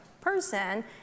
person